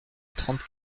trente